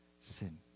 sin